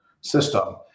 System